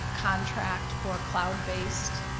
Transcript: contract for cloud-based